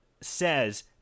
says